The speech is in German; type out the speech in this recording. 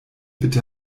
bitte